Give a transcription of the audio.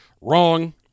Wrong